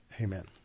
amen